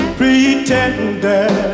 pretender